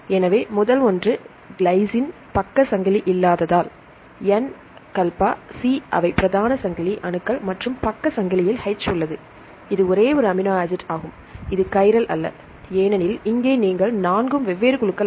எனவே முதல் ஒன்று கிளைசின் பக்க சங்கிலி இல்லாததால் N கல்பா C அவை பிரதான சங்கிலி அல்ல ஏனெனில் இங்கே நீங்கள் நான்கும் வெவ்வேறு குழுக்கள் அல்ல